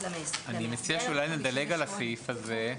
למאסדר אני מציע אולי נדלג על הסעיף הזה.